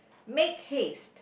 make haste